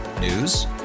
News